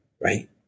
right